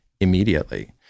immediately